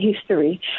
history